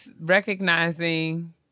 recognizing